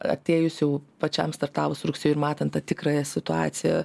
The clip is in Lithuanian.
atėjus jau pačiam startavus rugsėjui ir matant tą tikrąją situaciją